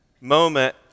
moment